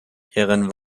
ihren